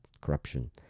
corruption